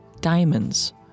diamonds